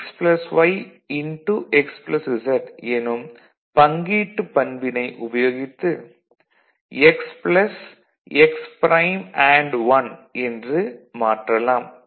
x z எனும் பங்கீட்டுப் பண்பினை உபயோகித்து x x ப்ரைம் அண்டு 1 என்று மாற்றலாம்